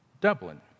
Dublin